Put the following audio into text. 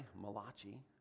Malachi